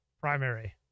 primary